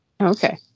Okay